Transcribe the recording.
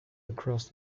across